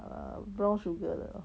uh brown sugar 的